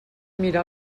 mirar